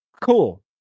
cool